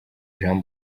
jean